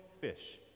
fish